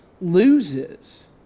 loses